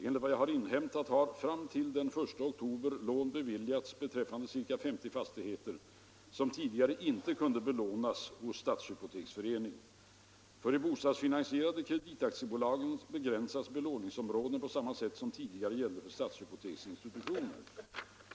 Enligt vad jag har inhämtat har fram till den 1 oktober lån beviljats beträffande ca 50 fastigheter som tidigare inte kunde belånas hos stadshypoteksförening. För de bostadsfinansierande kreditaktiebolagen begränsas belåningsområdena på samma sätt som tidigare gällde för stadshypoteksinstitutionen.